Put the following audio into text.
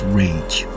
rage